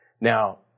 Now